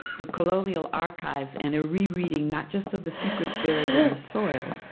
the colonial archives and a re-reading, not just of the secrets buried in the soil,